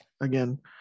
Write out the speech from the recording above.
Again